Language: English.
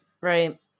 Right